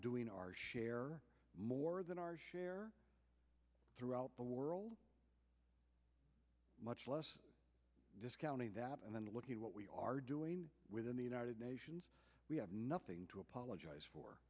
doing our share more than our share throughout the world much less discounting that and then look at what we are doing within the united nations we have nothing to apologize